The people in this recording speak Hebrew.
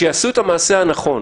שיעשו את המעשה הנכון,